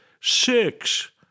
six